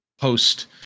post